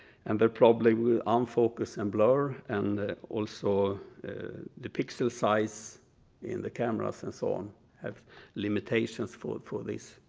and they probably will unfocus and blur and also the pixel size in the cameras and so on have limitations for for this